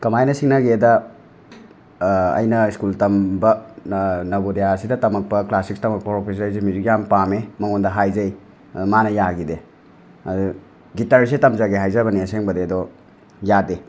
ꯀꯃꯥꯏꯅ ꯁꯤꯡꯅꯒꯦꯗ ꯑꯩꯅ ꯁ꯭ꯀꯨꯜ ꯇꯝꯕ ꯅꯕꯣꯗꯤꯌꯥꯁꯤꯗ ꯇꯝꯃꯛꯄ ꯀ꯭ꯂꯥꯁ ꯁꯤꯛꯁ ꯇꯝꯃꯛꯄ ꯍꯧꯔꯛꯄꯁꯤꯗ ꯑꯩꯁꯦ ꯃ꯭ꯌꯨꯖꯤꯛ ꯌꯥꯝ ꯄꯥꯝꯃꯦ ꯃꯉꯣꯟꯗ ꯍꯥꯏꯖꯩ ꯃꯥꯅ ꯌꯥꯈꯤꯗꯦ ꯑꯗꯨ ꯒꯤꯇꯔꯁꯦ ꯇꯝꯖꯒꯦ ꯍꯥꯏꯖꯕꯅꯦ ꯑꯁꯦꯡꯕꯗꯤ ꯑꯗꯣ ꯌꯥꯗꯦ